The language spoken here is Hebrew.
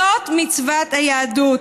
זאת מצוות היהדות.